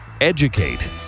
Educate